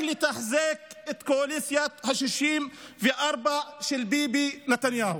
לתחזק את קואליציית ה-64 של ביבי נתניהו.